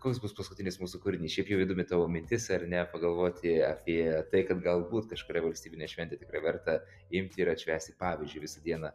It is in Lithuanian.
koks bus paskutinis mūsų kūrinys šiaip jau įdomi tavo mintis ar ne pagalvoti apie tai kad galbūt kažkurią valstybinę šventę tikrai verta imti ir atšvęsti pavyzdžiui visą dieną